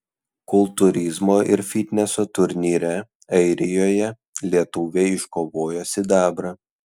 kultūrizmo ir fitneso turnyre airijoje lietuvė iškovojo sidabrą